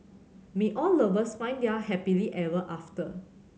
may all lovers find their happily ever after